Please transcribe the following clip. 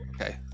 okay